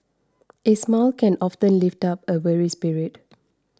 a smile can often lift up a weary spirit